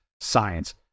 science